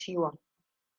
ciwon